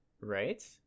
Right